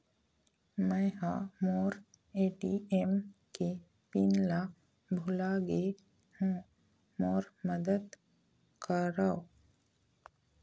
मै ह मोर ए.टी.एम के पिन ला भुला गे हों मोर मदद करौ